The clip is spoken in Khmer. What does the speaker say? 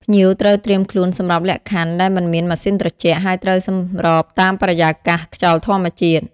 ភ្ញៀវត្រូវត្រៀមខ្លួនសម្រាប់លក្ខខណ្ឌដែលមិនមានម៉ាស៊ីនត្រជាក់ ហើយត្រូវសម្របតាមបរិយាកាស ខ្យល់ធម្មជាតិ។